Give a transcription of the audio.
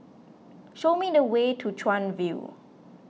show me the way to Chuan View